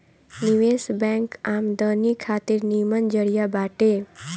निवेश बैंक आमदनी खातिर निमन जरिया बाटे